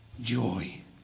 joy